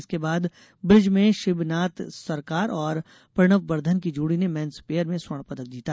इसके बाद ब्रिज में शिबनाथ सरकार और प्रणब बर्धन की जोड़ी ने मेन्स पेयर में स्वर्ण पदक जीता